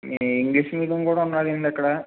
English medium కూడా ఉన్నదండి అక్కడ